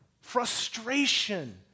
frustration